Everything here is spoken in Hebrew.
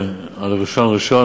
על ראשון ראשון.